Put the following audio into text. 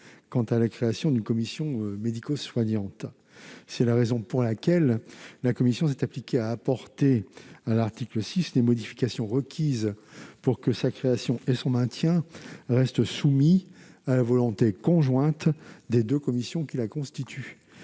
quant à la création d'une commission médico-soignante. C'est la raison pour laquelle nous nous sommes appliqués à apporter, à l'article 6, les modifications requises pour que sa création et son maintien restent soumis à la volonté conjointe des deux commissions formant cet